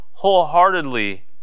Wholeheartedly